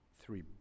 Three